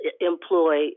employ